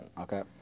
okay